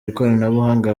ikoranabuhanga